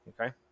Okay